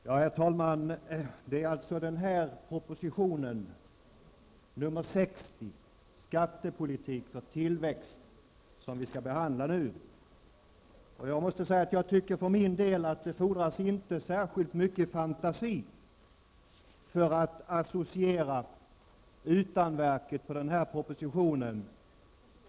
Herr talman! Vi skall nu behandla proposition nr 60 om skattepolitik för tillväxt. Det fordras inte mycket fantasi för att associera till en moderat valaffisch när man ser utanverket på propositionen.